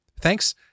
Thanks